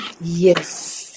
yes